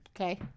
Okay